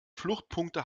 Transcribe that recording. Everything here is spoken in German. fluchtpunkte